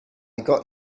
got